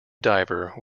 diver